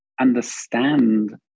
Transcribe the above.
understand